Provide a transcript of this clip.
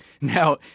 Now